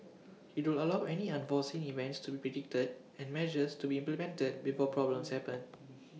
IT will allow any unforeseen events to be predicted and measures to be implemented before problems happen